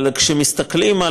אבל כשמסתכלים,